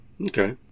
Okay